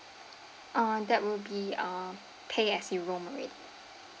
uh that will be uh pay as you roam away